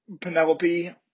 Penelope